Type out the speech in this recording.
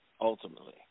ultimately